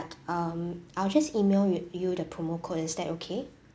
um I'll just email you you the promo code is that okay